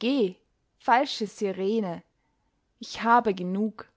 geh falsche sirene ich habe genug